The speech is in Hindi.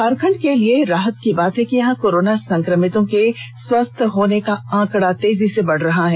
झारखंड के लिए राहत की बात है कि यहां कोरोना संक्रमितों के स्वस्थ होने का आंकड़ा तेजी से बढ़ रहा है